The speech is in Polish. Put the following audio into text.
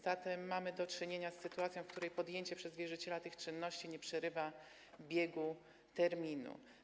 Zatem mamy do czynienia z sytuacją, w której podjęcie przez wierzyciela tych czynności nie przerywa biegu terminu.